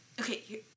okay